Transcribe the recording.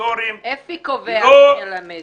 אפי קובע מי ילמד.